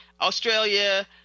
Australia